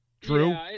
True